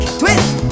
twist